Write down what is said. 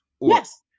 yes